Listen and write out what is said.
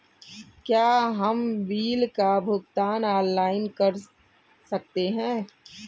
क्या हम बिल का भुगतान ऑनलाइन कर सकते हैं?